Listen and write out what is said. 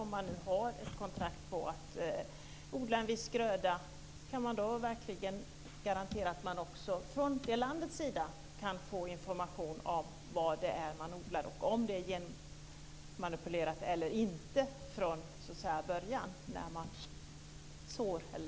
Om man har ett kontrakt på att odla en viss gröda, går det att garantera att det kan ges information från landets sida om det som odlas är genmanipulerat eller inte?